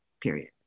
period